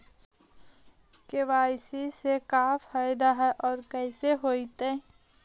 KYC से का फायदा है और कैसे होतै?